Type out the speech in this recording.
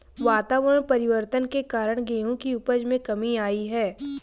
वातावरण परिवर्तन के कारण गेहूं की उपज में कमी आई है